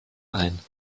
ein